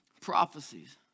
Prophecies